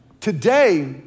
today